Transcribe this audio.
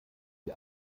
die